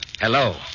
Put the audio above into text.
Hello